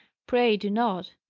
pray do not.